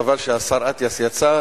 וחבל שהשר אטיאס יצא,